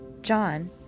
John